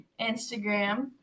Instagram